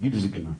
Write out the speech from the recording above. גיל זקנה,